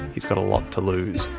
he's got a lot to lose.